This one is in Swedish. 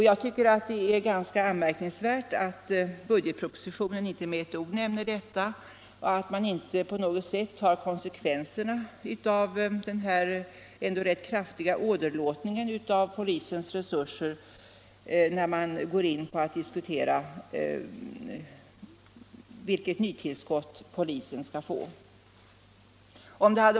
Jag tycker att det är ganska anmärkningsvärt att budgetpropositionen inte med ett ord nämner detta och att man inte på något sätt tar konsekvenserna av den här ändå rätt kraftiga åderlåtningen av polisens resurser när man går in på att diskutera vilket nytillskott polisen skall ha.